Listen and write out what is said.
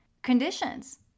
conditions